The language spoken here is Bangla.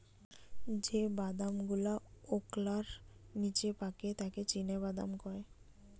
যে বাদাম গুলাওকলার নিচে পাকে তাকে চীনাবাদাম কয়